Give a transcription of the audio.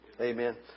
Amen